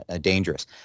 dangerous